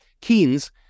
Keynes